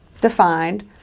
defined